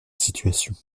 situation